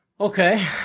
Okay